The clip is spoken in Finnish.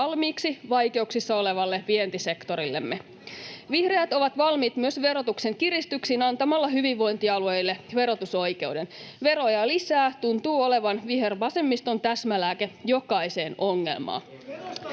valmiiksi vaikeuksissa olevalle vientisektorillemme. Vihreät ovat valmiit myös verotuksen kiristyksiin antamalla hyvinvointialueille verotusoikeuden. ”Veroja lisää” tuntuu olevan vihervasemmiston täsmälääke jokaiseen ongelmaan.